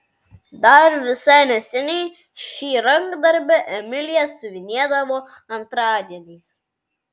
dar visai neseniai šį rankdarbį emilija siuvinėdavo antradieniais